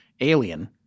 Alien—